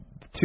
two